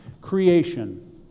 creation